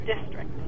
district